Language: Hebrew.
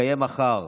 תתקיים מחר,